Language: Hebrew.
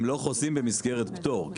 הם לא חוסים במסגרת פטור.